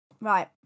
Right